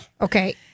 Okay